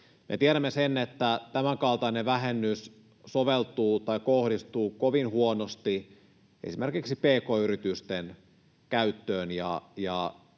Me tiedämme sen, että tämänkaltainen vähennys soveltuu tai kohdistuu kovin huonosti esimerkiksi pk-yritysten käyttöön.